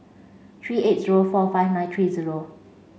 three eight zero four five nine three zero